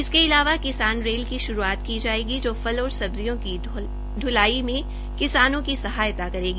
इसके अलावा किसान रेल की शुरूआत की जायेगी जो फल और सब्जियों की ढलाई में किसानों की सहायता करेगी